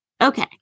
Okay